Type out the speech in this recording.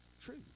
True